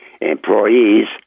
employees